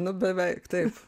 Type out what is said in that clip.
nu beveik taip